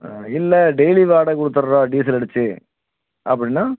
இல்லை டெயிலி வாடகை குடுத்துடுறோம் டீசல் அடித்து அப்படின்னா